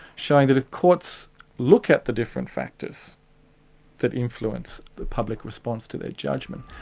showing that if courts look at the different factors that influence the public response to their judgement,